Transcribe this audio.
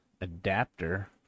adapter